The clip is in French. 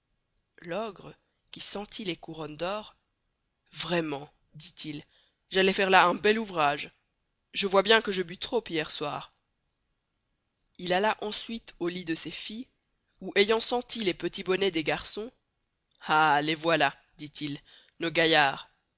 l'ogre qui sentit les couronnes d'or vrayment dit-il j'allois faire là un bel ouvrage je voy bien que je bus trop hier au soir il alla ensuite au lit de ses filles où ayant senti les petits bonnets des garçons ah les voilà dit-il nos gaillards